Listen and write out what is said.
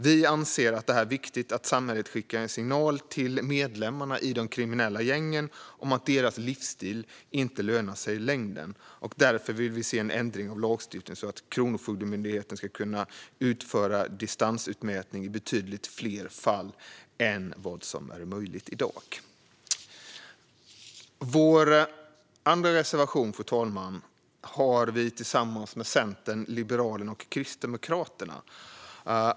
Vi anser att det är viktigt att samhället skickar en signal till medlemmarna i de kriminella gängen om att deras livsstil inte lönar sig i längden. Därför vill vi se en ändring av lagstiftningen, så att Kronofogdemyndigheten ska kunna utföra distansutmätning i betydligt fler fall än vad som är möjligt i dag. Fru talman! Vår andra reservation har vi tillsammans med Centern, Liberalerna och Kristdemokraterna.